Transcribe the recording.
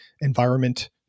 environment